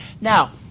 now